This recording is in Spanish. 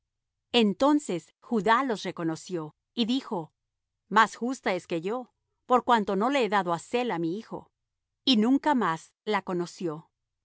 entonces judá los reconoció y dijo más justa es que yo por cuanto no la he dado á sela mi hijo y nunca más la conoció